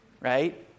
right